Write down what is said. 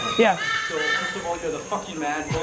yeah. so first of all, you're the fucking man.